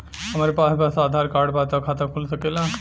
हमरे पास बस आधार कार्ड बा त खाता खुल सकेला?